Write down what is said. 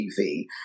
TV